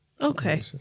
Okay